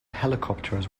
helicopters